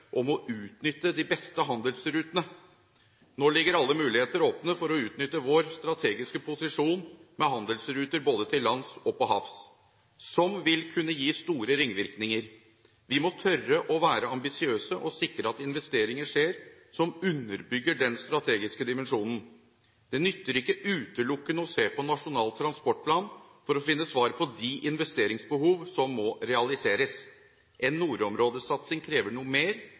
om å utnytte de beste handelsrutene. Nå ligger alle muligheter åpne for å utnytte vår strategiske posisjon med handelsruter både til lands og til havs som vil kunne gi store ringvirkninger. Vi må tørre å være ambisiøse og sikre at investeringer skjer som underbygger den strategiske dimensjonen. Det nytter ikke utelukkende å se på Nasjonal transportplan for å finne svar på de investeringsbehov som må realiseres. En nordområdesatsing krever noe mer,